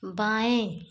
बाएँ